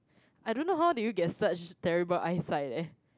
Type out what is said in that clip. I don't know how do you get such terrible eyesight leh